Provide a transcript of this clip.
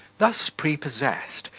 thus prepossessed,